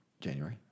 January